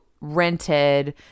rented